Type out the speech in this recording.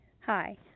Hi